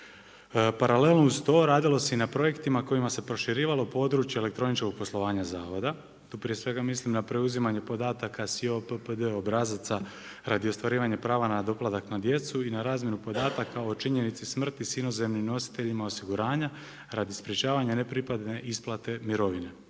Paralelno uz to radilo se i na projektima kojima se proširivalo područje elektroničkog poslovanja zavoda. Tu prije svega mislim na preuzimanje podataka …/Govornik se ne razumije./… radi ostvarivanje pravo na doplatak na djecu i na razmjenu podataka o činjenici smrti s inozemnim nositeljima osiguranja radi sprječavanja, nepripadanja isplate mirovine.